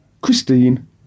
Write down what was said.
Christine